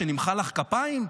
שנמחא לך כפיים?